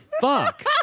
fuck